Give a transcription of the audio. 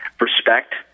respect